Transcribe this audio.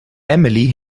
emily